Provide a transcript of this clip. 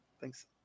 Thanks